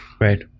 Right